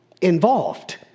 involved